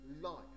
life